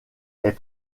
est